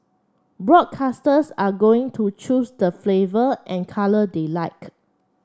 broadcasters are going to choose the flavour and colour they like